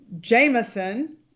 Jameson